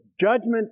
judgment